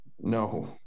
No